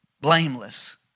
blameless